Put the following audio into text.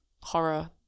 horror